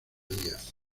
díaz